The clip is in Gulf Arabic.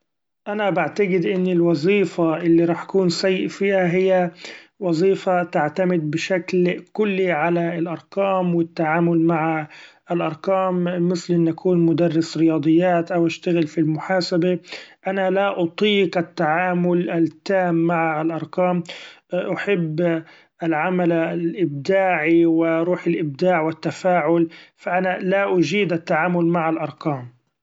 أنا بعتقد أن الوظيفة اللي رح كون سيء فيها هي وظيفة تعتمد بشكل كلي علي الأرقام و التعامل مع الأرقام مثل: أن اكون مدرس رياضيات أو اشتغل في المحاسبي ، أنا لا أطيق التعامل التام مع الأرقام ، أحب العمل الإبداعي و روح الإبداع و التفاعل فأنا لا أجيد التعامل مع الأرقام.